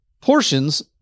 portions